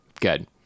Good